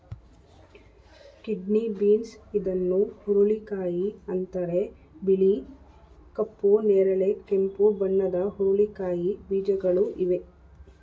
kidney beans ಇದನ್ನು ಹುರುಳಿಕಾಯಿ ಅಂತರೆ ಬಿಳಿ, ಕಪ್ಪು, ನೇರಳೆ, ಕೆಂಪು ಬಣ್ಣದ ಹುರಳಿಕಾಯಿ ಬೀಜಗಳು ಇವೆ